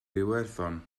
iwerddon